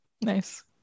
nice